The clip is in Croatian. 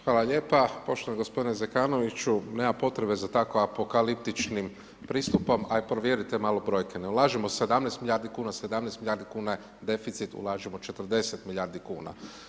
Hvala lijepa, poštovani g. Zekanoviću, nema potrebe za tako apokaliptičnim pristupom, a i provjerite malo brojke, ne lažemo 17 milijardi kn, 17 milijardi kn je deficit, ulažemo 40 milijardi kn.